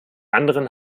anderen